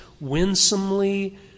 winsomely